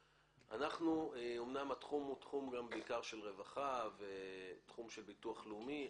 אמנם התחום הוא גם בעיקר של רווחה ותחום של ביטוח לאומי,